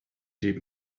deep